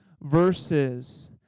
verses